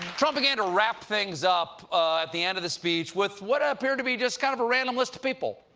trump began to wrap things up at the end of the speech with what ah appeared to be just kind of a random list of people.